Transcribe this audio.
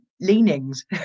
leanings